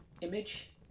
image